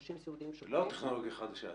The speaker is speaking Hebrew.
30 סיעודיים --- לא טכנולוגיה חדשה.